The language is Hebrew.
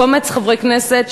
קומץ חברי כנסת,